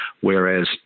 whereas